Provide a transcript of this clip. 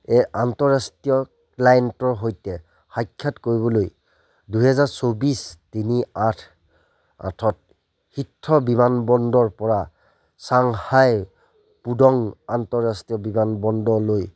এ আন্তঃৰাষ্ট্ৰীয় ক্লায়েণ্টৰ সৈতে সাক্ষাৎ কৰিবলৈ দুহেজাৰ চৌব্বিছ তিনি আঠ আঠত হিথ্ৰ' বিমানবন্দৰৰ পৰা চাংহাই পুডং আন্তঃৰাষ্ট্ৰীয় বিমানবন্দৰলৈ